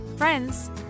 friends